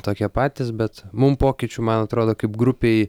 tokie patys bet mum pokyčių man atrodo kaip grupei